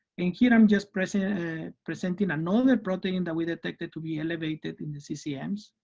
and here i'm just presenting presenting another protein that we detected to be elevated in the ccms.